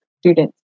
students